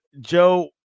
Joe